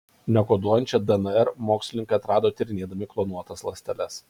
nekoduojančią dnr mokslininkai atrado tyrinėdami klonuotas ląsteles